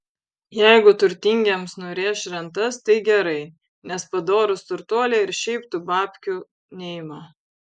jeigu turtingiems nurėš rentas tai gerai nes padorūs turtuoliai ir šiaip tų babkių neima